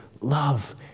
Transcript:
love